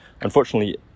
unfortunately